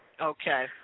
Okay